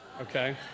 okay